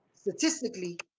statistically